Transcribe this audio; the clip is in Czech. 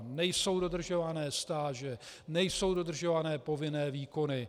Nejsou dodržované stáže, nejsou dodržované povinné výkony.